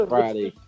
Friday